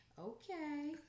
Okay